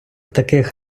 таких